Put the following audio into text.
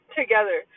together